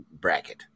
bracket